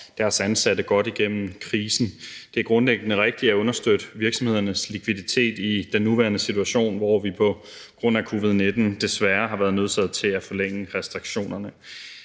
deres ansatte godt igennem krisen. Det er grundlæggende rigtigt at understøtte virksomhedernes likviditet i den nuværende situation, hvor vi på grund af covid-19 desværre har været nødsaget til at forlænge restriktionerne.